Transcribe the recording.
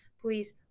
please